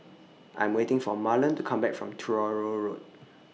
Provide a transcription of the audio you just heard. I'm waiting For Marlon to Come Back from Truro Road